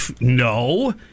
no